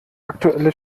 aktuelle